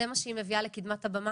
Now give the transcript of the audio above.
זה מה שהיא מביאה לקדמת הבמה